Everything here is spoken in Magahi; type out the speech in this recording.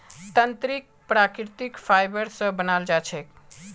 तंत्रीक प्राकृतिक फाइबर स बनाल जा छेक